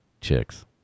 chicks